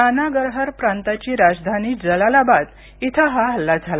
नानगरहर प्रांताची राजधानी जलालाबाद इथं हा हल्ला झाला